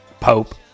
pope